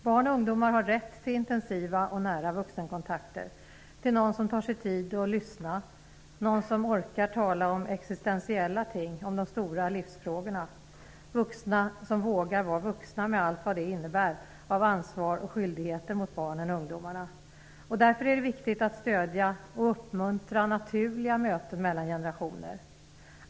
Barn och ungdomar har rätt till intensiva och nära vuxenkontakter, till någon som tar sig tid att lyssna, till någon som orkar tala om existentiella ting och om de stora livsfrågorna och till vuxna som vågar vara vuxna med allt vad det innebär av ansvar och skyldigheter gentemot barnen och ungdomarna. Därför är det viktigt att stödja och uppmuntra naturliga möten mellan generationer.